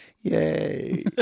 yay